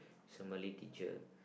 somebody teacher